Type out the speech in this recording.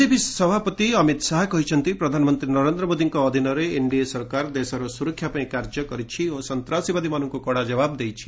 BJP ସଭାପତି ଅମିତ ଶାହା କହିଛନ୍ତି ପ୍ରଧାନମନ୍ତ୍ରୀ ନରେନ୍ଦ୍ର ମୋଦିଙ୍କ ଅଧୀନରେ ଏନ୍ଡିଏ ସରକାର ଦେଶର ସୁରକ୍ଷା ପାଇଁ କାର୍ଯ୍ୟ କରିଛି ଓ ସନ୍ତାସବାଦୀମାନଙ୍କୁ କଡ଼ା ଜବାବ ଦେଇଛି